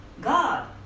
God